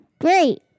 Great